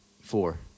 Four